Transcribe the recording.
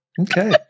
Okay